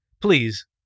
please